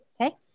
Okay